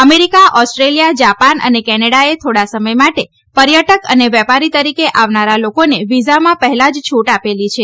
America Australia Japan અને કેનેડાએ થોડા સમય માટે પર્યટક અને વેપાર તરીકે આવનારા લોકોને વિઝામાં પહેલા જ છૂટ આપેલી છે